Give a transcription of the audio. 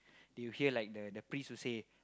they will hear like the the priest will say